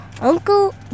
Uncle